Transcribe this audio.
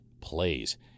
plays